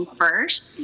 first